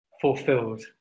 fulfilled